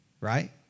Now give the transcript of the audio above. Right